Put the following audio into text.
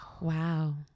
wow